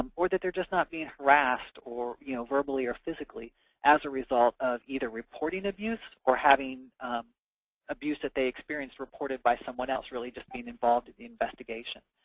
um or that they're just not being harassed you know verbally or physically as a result of either reporting abuse or having abuse that they experienced reported by someone else, really just being involved in the investigation.